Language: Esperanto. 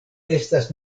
estas